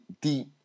deep